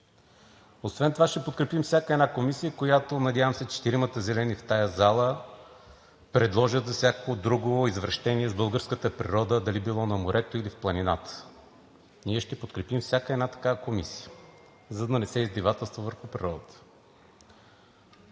Освен това ще подкрепим всяка една комисия, която надявам се, четиримата „Зелени“ в тази зала, предложат за всякакво друго извращение с българската природа – дали било на морето, или в планината. Ние ще подкрепим всяка една такава комисия, за да не се издевателства върху природата.